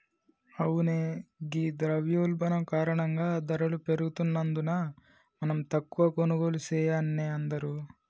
అవునే ఘీ ద్రవయోల్బణం కారణంగా ధరలు పెరుగుతున్నందున మనం తక్కువ కొనుగోళ్లు సెయాన్నే అందరూ